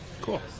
Cool